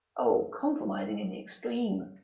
oh, compromising in the extreme!